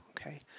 okay